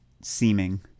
seeming